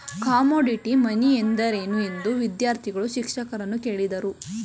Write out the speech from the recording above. Commodity money ಎಂದರೇನು? ಎಂದು ವಿದ್ಯಾರ್ಥಿಗಳು ಶಿಕ್ಷಕರನ್ನು ಕೇಳಿದರು